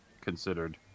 considered